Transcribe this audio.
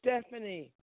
Stephanie